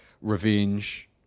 revenge